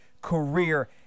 career